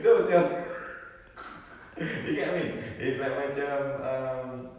so macam you get what I mean it's like macam um